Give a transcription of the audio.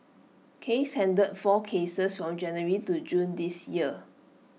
case handled four cases from January to June this year